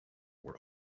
were